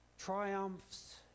triumphs